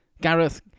Gareth